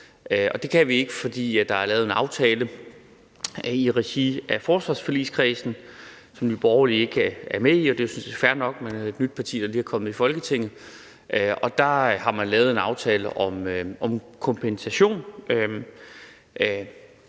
Det kan vi ikke, fordi der er lavet en aftale i regi af forsvarsforligskredsen, som Nye Borgerlige ikke er med i – det er jo sådan set fair nok, når man er et nyt parti, der lige er kommet i Folketinget – og der har man lavet en aftale om kompensation.